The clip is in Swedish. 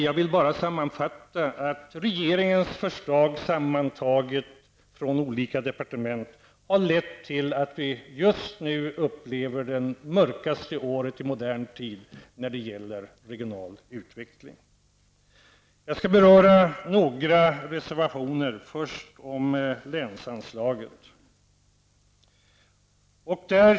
Jag vill bara sammanfatta att regeringens förslag från olika departement sammantagna har lett till att vi just nu upplever det mörkaste året i modern tid när det gäller regional utveckling. Jag skall beröra några reservationer, först om länsanslaget.